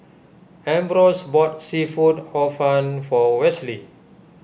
Ambrose bought Seafood Hor Fun for Wesley